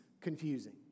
confusing